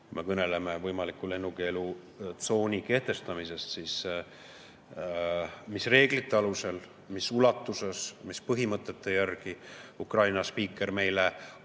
me kõneleme võimaliku lennukeelutsooni kehtestamisest, siis mis reeglite alusel, mis ulatuses, mis põhimõtete järgi? Ukraina spiiker